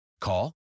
Call